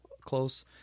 close